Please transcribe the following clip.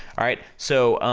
alright? so,